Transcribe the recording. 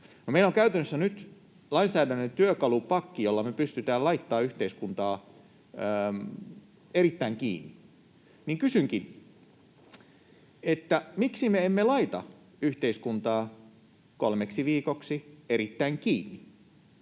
meillä on käytännössä nyt lainsäädännöllinen työkalupakki, jolla me pystytään laittamaan yhteiskuntaa erittäin kiinni, niin kysynkin: miksi me emme laita yhteiskuntaa kolmeksi viikoksi erittäin kiinni?